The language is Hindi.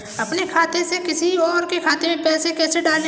अपने खाते से किसी और के खाते में पैसे कैसे डालें?